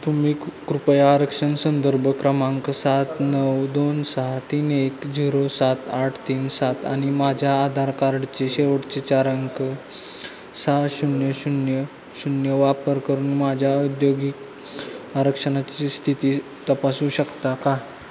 तुम्ही कृपया आरक्षण संदर्भ क्रमांक सात नऊ दोन सहा तीन एक झिरो सात आठ तीन सात आणि माझ्या आधार कार्डचे शेवटचे चार अंक सहा शून्य शून्य शून्य वापर करून माझ्या औद्योगिक आरक्षणाची स्थिती तपासू शकता का